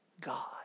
God